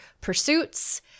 pursuits